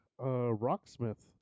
Rocksmith